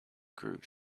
groove